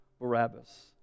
Barabbas